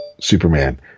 Superman